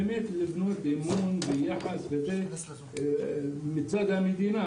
באמת לבנות אמון יחד מצד המדינה,